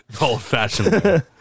Old-fashioned